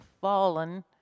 fallen